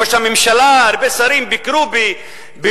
ראש הממשלה, הרבה שרים, ביקרו בלוד.